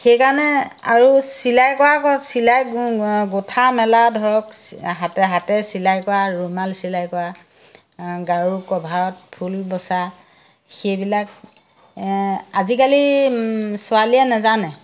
সেইকাৰণে আৰু চিলাই কৰা চিলাই গোঠা মেলা ধৰক হাতে হাতে চিলাই কৰা ৰুমাল চিলাই কৰা গাৰু কভাৰত ফুল বচা সেইবিলাক আজিকালি ছোৱালীয়ে নেজানে